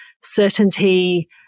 certainty